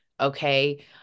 Okay